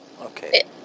Okay